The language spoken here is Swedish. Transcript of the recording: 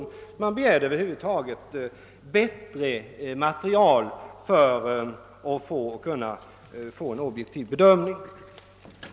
Man begärde över huvud taget bättre material för att kunna göra en objektiv bedömning.